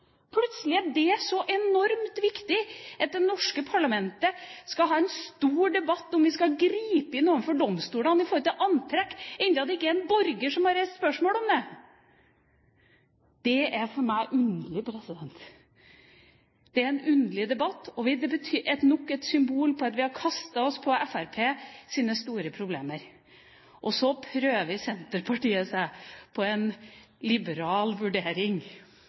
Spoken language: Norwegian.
plutselig er det så enormt viktig at det norske parlamentet skal ha en stor debatt om hvorvidt vi skal gripe inn overfor domstolene med hensyn til antrekk, enda det ikke er én borger som har reist spørsmål om det. Det er for meg underlig. Dette er en underlig debatt og nok et symbol på at vi har kastet oss på Fremskrittspartiets store problemer. Så prøver Senterpartiet seg på en liberal vurdering